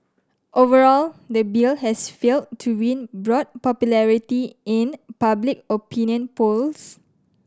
overall the bill has failed to win broad popularity in public opinion polls